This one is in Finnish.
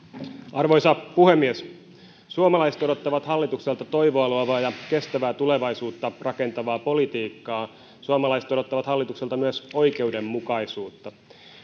arvoisa puhemies suomalaiset odottavat hallitukselta toivoa luovaa ja kestävää tulevaisuutta rakentavaa politiikkaa suomalaiset odottavat hallitukselta myös oikeudenmukaisuutta